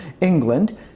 England